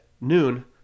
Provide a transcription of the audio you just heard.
noon